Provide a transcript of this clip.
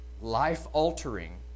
life-altering